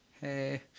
Hey